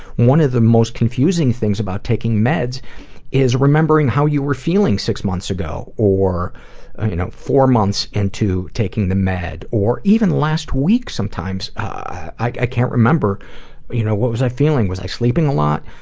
one of the most confusing things about taking meds is remembering how you were feeling six months ago, or ah you know four months into taking the meds, or even last week sometimes i can't remember you know what was i feeling was i sleeping a lot,